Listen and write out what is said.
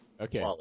Okay